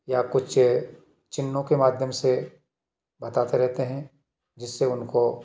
या कुछ चिन्हों के माध्यम से बताते रहते हैं जिससे उनको